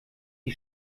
die